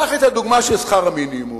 קח את הדוגמה של שכר המינימום,